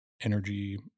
energy